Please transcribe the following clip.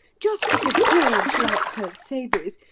just because george likes her savouries,